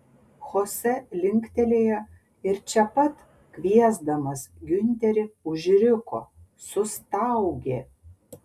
chose linktelėjo ir čia pat kviesdamas giunterį užriko sustaugė